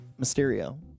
Mysterio